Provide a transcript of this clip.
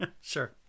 Sure